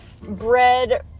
bread